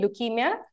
leukemia